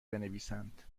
بنویسند